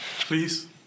Please